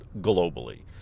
globally